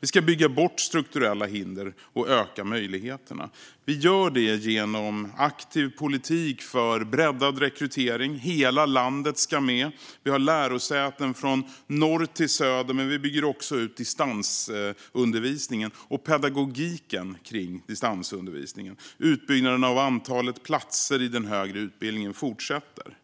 Vi ska bygga bort strukturella hinder och öka möjligheterna. Vi gör det genom aktiv politik för breddad rekrytering. Hela landet ska med. Vi har lärosäten från norr till söder. Men vi bygger också ut distansundervisningen och pedagogiken kring distansundervisningen. Utbyggnaden av antalet platser i den högre utbildningen fortsätter.